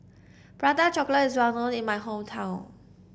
Prata Chocolate is well known in my hometown